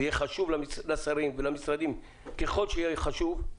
ויהיה חשוב לשרים ולמשרדים ככל שיהיה חשוב,